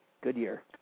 Goodyear